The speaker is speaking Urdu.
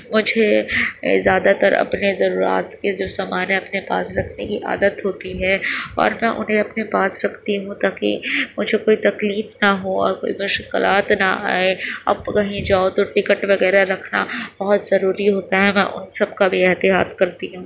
مجھے زیادہ تر اپنے ضروریات کے جو سامان ہیں اپنے پاس رکھنے کی عادت ہوتی ہے اور میں انہیں اپنے پاس رکھتی ہوں تاکہ مجھے کوئی تکلیف نہ ہو اور کوئی مشکلات نہ آئے اب کہیں جاؤ تو ٹکٹ وغیرہ رکھنا بہت ضروری ہوتا ہے میں ان سب کا بھی احتیاط کرتی ہوں